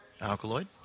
Alkaloid